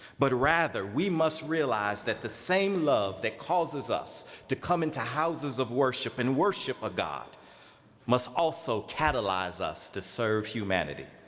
but rather, we must realize that the same love that causes us to come into houses of worship and worship of god must also catalyze us to serve humanity.